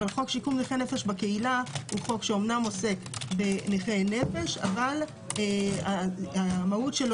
אבל חוק שיקום נכי נפש בקהילה הוא חוק שאמנם עוסק בנכי נפש אבל המהות שלו